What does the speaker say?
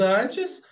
antes